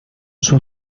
sus